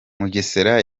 mugesera